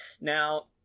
now